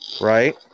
Right